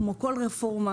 כמו בכל רפורמה,